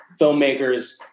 filmmakers